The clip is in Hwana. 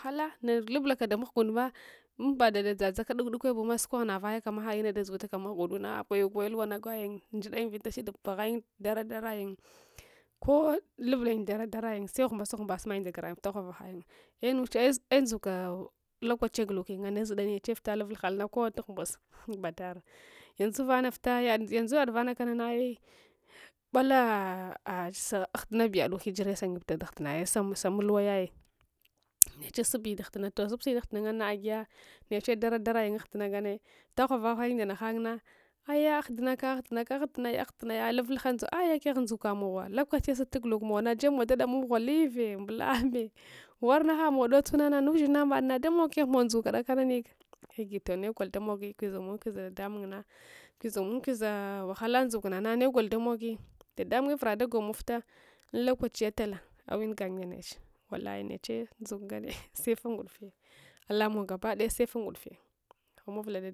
Ghala namana lableka damghga umdama hiba dada dzadza ka dak duk bewo sukogh nayaya kama ha inabda dazutaka mghga unda a gulayu gwaya luma kawai njidaym vita shid baghyin dara dara yin se ghumbase seghum base mayin nda grayin vita ghvava ghuava yin inuche aito ndzuka tokachi ghukayin ane zhita neche vita ifla thghal kowa ta ghunbas ta badar yandzu vana vitaya yausa vana kanana as mbala a ai sahadi bu aldmu yada hijira sangabrita dahdina ai sa mulukaya neche sibi dahdima vita ghuava ahuavayin nda naha nna ayya ahdina ahdina ka ahdini ahchini ahdinaya vlanhant dziva aya keghd ndsuka mawa hokachi sai ghikamuwa sai jebumuchla da damau ghwa live mblance warnaka muwa dota nama nana uzhinha madna damog kegh muwo ndsuka dakanami agito negol damogi kwusa mun kwasa dadamuunsa kwusa mun kwsa wahala ndsuka na nane negol damogi dadmunye ura da gwava munfita an lokachi tala chuingayin nda neche wallai neche ndsuka ndane e se fan ngudufe alamo gabadaya se fa ngudufe amahia vlan dadamun